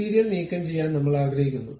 material നീക്കംചെയ്യാൻ നമ്മൾ ആഗ്രഹിക്കുന്നു